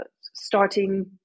starting